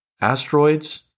Asteroids